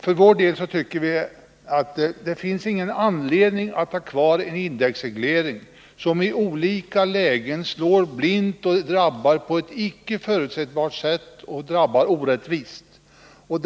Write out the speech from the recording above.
För vår del tycker vi att det inte finns någon anledning att ha kvar en indexreglering som i olika lägen slår blint och drabbar på ett icke förutsebart och orättvist sätt.